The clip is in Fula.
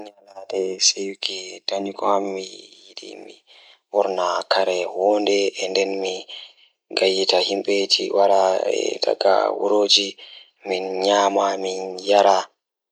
Miɗo njiddaade goɗɗo e rewɓe ngal, sabu miɗo waawi njiddaade fiyaangu e hoore. Mi njiddaade sabu sabu goɗɗo ngal e haɓɓe e ndewɗe.